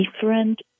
different